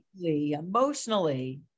emotionally